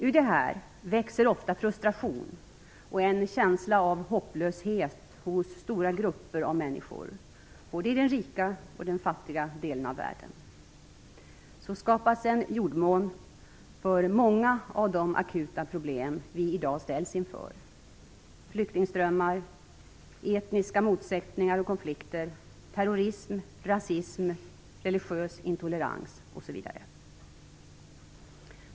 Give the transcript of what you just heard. Ur detta växer ofta frustration och en känsla av hopplöshet hos stora grupper av människor, både i den rika och i den fattiga delen av världen. Så skapas en jordmån för många av de akuta problem vi i dag ställs inför - flyktingströmmar, etniska motsättningar och konflikter, terrorism, rasism, religiös intolerans osv.